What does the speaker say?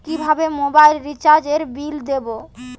কিভাবে মোবাইল রিচার্যএর বিল দেবো?